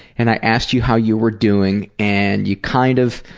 and, i asked you how you were doing and you kind of,